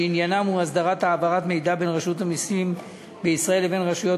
שעניינו הסדרת העברת מידע בין רשות המסים בישראל לבין רשויות